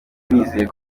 bizeye